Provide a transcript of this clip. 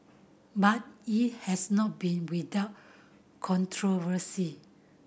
but it has not been without controversy